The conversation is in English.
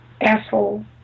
Asshole